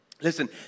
listen